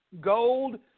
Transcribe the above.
gold